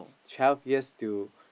twelve years till